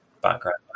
background